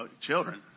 children